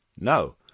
no